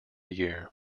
year